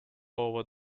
over